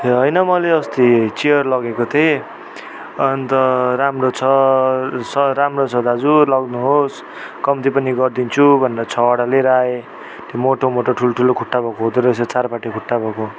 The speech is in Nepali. ए होइन मैले अस्ति चियर लगेको थिएँ अन्त राम्रो छ स राम्रो छ दाजु लग्नुहोस् कम्ती पनि गरिदिन्छु भनेर छवटा लिएर आएँ त्यो मोटो मोटो ठुलठुलो खुट्टा भएको हुँदो रहेछ चारपाटे खुट्टा भएको